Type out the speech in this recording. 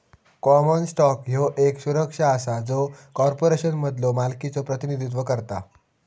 common stock ह्यो येक सुरक्षा असा जो कॉर्पोरेशनमधलो मालकीचो प्रतिनिधित्व करता